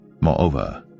Moreover